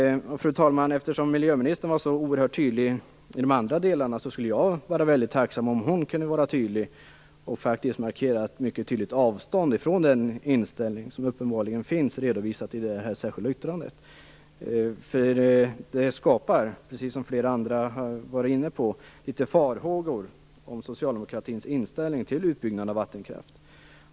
Fru talman! Eftersom miljöministern var så oerhört tydlig i de andra delarna skulle jag vara väldigt tacksam om hon också kunde markera ett mycket tydligt avstånd från den inställning som uppenbarligen finns redovisad i det här särskilda yttrandet. Det skapar, precis som flera andra har varit inne på, farhågor om socialdemokratins inställning till utbyggnad av vattenkraft.